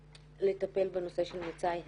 לטפל בנושא של מצאי הדיור.